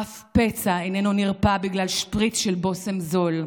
אף פצע איננו נרפא בגלל שפריץ של בושם זול.